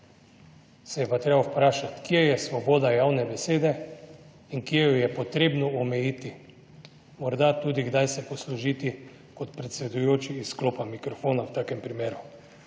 se je pa treba vprašati, kje je svoboda javne besede in kje jo je potrebno omejiti, morda tudi kdaj se poslužiti kot predsedujoči izklopa mikrofona, v takem primeru.